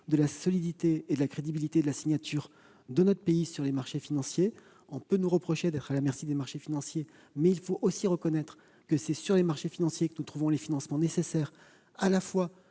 de la solidité et de la crédibilité de la signature de notre pays sur les marchés financiers. On peut nous reprocher d'être à leur merci, mais il faut aussi reconnaître que c'est sur les marchés financiers que nous trouvons les financements nécessaires pour